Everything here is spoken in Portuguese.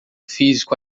físico